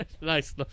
Nice